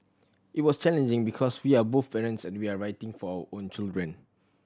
it was challenging because we are both parents and we are writing for our own children